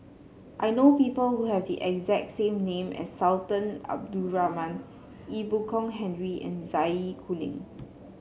I know people who have the exact same name as Sultan Abdul Rahman Ee Boon Kong Henry and Zai Kuning